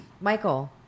Michael